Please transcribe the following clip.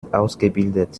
ausgebildet